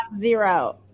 zero